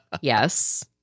Yes